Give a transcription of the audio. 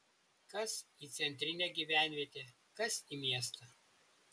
kas į centrinę gyvenvietę kas į miestą